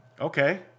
Okay